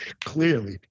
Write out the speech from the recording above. clearly